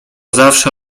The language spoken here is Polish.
zawsze